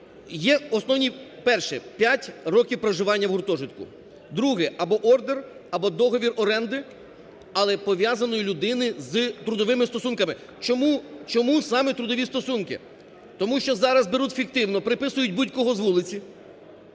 Є основні, перше, 5 років проживання в гуртожитку. Друге, або ордер, або договір оренди, але пов'язаної людини з трудовими стосунками. Чому саме трудові стосунки? Тому що зараз беруть фіктивно приписують будь-кого з вулиці